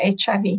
HIV